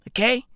Okay